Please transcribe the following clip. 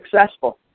successful